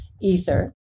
Ether